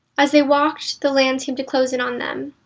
as they walked the land seemed to close in on them.